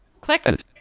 click